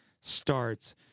starts